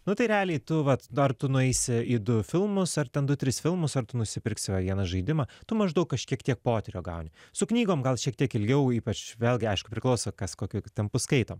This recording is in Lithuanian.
nu tai realiai tu vat dar tu nueisi į du filmus ar ten du tris filmus ar tu nusipirksi va vieną žaidimą tu maždaug kažkiek tiek potyrio gauni su knygom gal šiek tiek ilgiau ypač vėlgi aišku priklauso kas kokiu tempu skaito